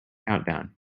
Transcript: countdown